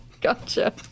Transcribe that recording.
Gotcha